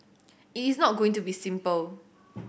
it is not going to be simple